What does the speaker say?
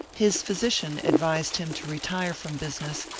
his physician advised him to retire from business,